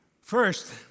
First